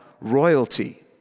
royalty